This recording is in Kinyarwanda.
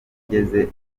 ngeze